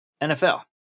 NFL